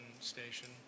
station